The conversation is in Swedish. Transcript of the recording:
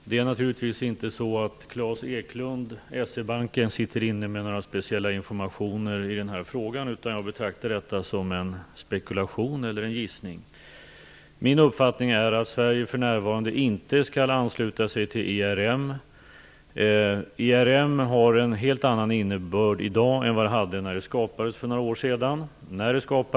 Herr talman! Det är naturligtvis inte så att Klas Eklund på SE-banken sitter inne med några speciella informationer i denna fråga. Jag betraktar detta som en spekulation eller en gissning. Min uppfattning är att Sverige för närvarande inte skall ansluta sig till ERM har en helt annan innebörd i dag än vad det hade när det skapades för några år sedan.